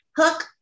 hook